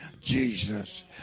Jesus